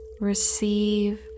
receive